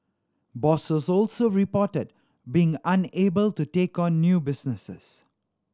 bosses also reported being unable to take on new businesses